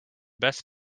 best